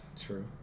True